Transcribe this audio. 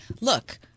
look